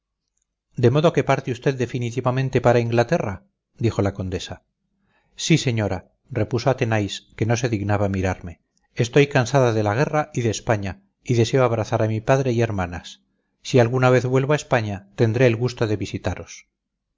de modo que parte usted definitivamente para inglaterra dijo la condesa sí señora repuso athenais que no se dignaba mirarme estoy cansada de la guerra y de españa y deseo abrazar a mi padre y hermanas si alguna vez vuelvo a españa tendré el gusto de visitaros